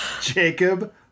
jacob